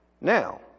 Now